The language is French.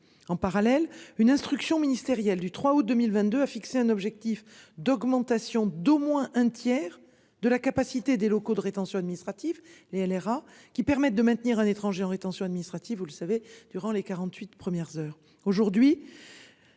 en parallèle une instruction ministérielle du 3 août 2022 a fixé un objectif d'augmentation d'au moins un tiers de la capacité des locaux de rétention administrative Les RA qui permettent de maintenir un étranger en rétention administrative. Vous le savez durant les 48 premières heures